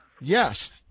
Yes